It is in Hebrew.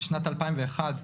בשנת 2001,